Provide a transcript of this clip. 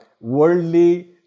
worldly